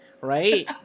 right